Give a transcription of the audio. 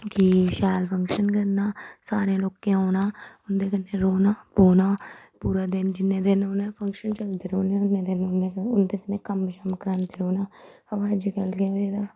कि शैल फंगशन करना सारें लोकें औना उं'दे कन्नै रौह्ना बौह्ना पूरै दिन जिन्ने दिन मतलब फंगशन चलदे रौह्ना उन्ने दिन उं'दे कन्नै कम्म शम्म करांदे रौह्ना अमां अज्जकल केह् होई गेदा